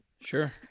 sure